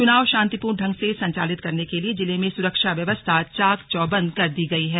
चुनाव शांतिपूर्ण ढंग से संचालित करने के लिए जिले में सुरक्षा व्यवस्था चाक चौबन्द कर दी गयी है